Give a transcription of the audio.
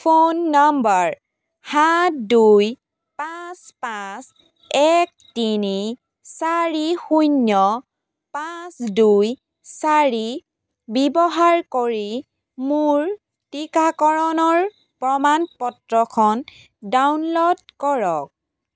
phone নম্বৰ সাত দুই পাঁচ পাঁচ এক তিনি চাৰি শূন্য পাঁচ দুই চাৰি ব্যৱহাৰ কৰি মোৰ টীকাকৰণৰ প্ৰমাণপত্ৰখন ডাউনল'ড কৰক